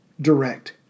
direct